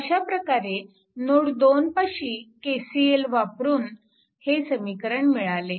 अशा प्रकारे नोड 2 पाशी KCL वापरून हे समीकरण मिळाले